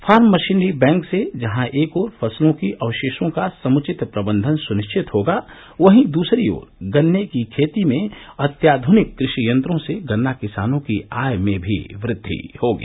farm machinery bank से जहां एक ओर फसलों की अवशेषों का समृचित प्रबंधन सुनिश्चित होगा वहीं दूसरी ओर गन्ने की खेती में अत्याधनिक कृषि यंत्रों से गन्ना किसानों की आय में वृद्धि भी होगी